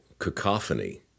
cacophony